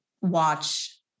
watch